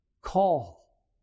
call